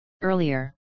earlier